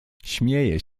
śmieje